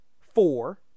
four